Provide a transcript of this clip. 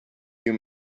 you